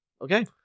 Okay